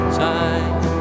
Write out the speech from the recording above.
time